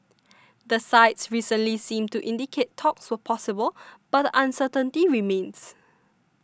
the sides recently seemed to indicate talks were possible but uncertainty remains